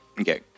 Okay